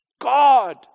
God